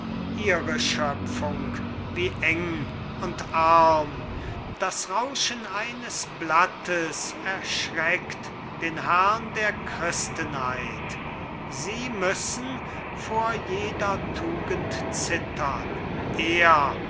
ihre schöpfung wie eng und arm das rauschen eines blattes erschreckt den herrn der christenheit sie müssen vor jeder tugend zittern er